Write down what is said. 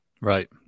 Right